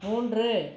மூன்று